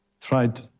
tried